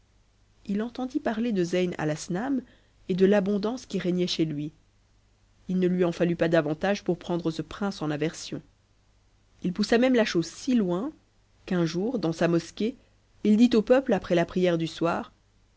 il entendit parler de zcyn atasnam et de l'abondance qui régnait chez lui i ne lui en fallut pas davantage pour prendre ce princ en aversion h poussa même la chose si loin qu'un jour dans sa mos quée il dit au peuple après la prière du soir